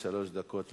שלוש דקות לרשותך.